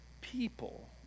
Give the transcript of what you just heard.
people